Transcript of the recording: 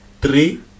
Three